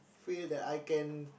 feel that I can